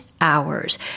Hours